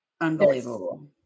unbelievable